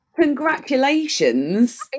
Congratulations